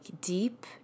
deep